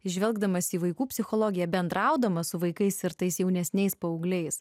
žvelgdamas į vaikų psichologiją bendraudamas su vaikais ir tais jaunesniais paaugliais